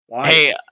Hey